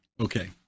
Okay